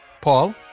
Paul